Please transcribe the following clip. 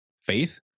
faith